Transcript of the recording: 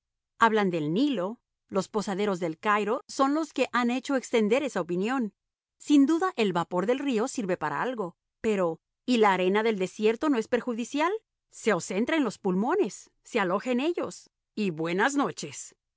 hablan del nilo los posaderos del cairo son los que han hecho extender esa opinión sin duda el vapor del río sirve para algo pero y la arena del desierto no es perjudicial se os entra en los pulmones se aloja en ellos y buenas noches